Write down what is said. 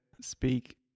speak